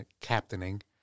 captaining